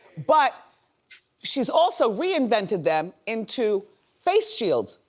but she's also reinvented them into face shields.